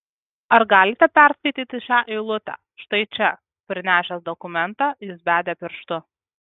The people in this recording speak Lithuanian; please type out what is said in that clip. ar galite perskaityti šią eilutę štai čia prinešęs dokumentą jis bedė pirštu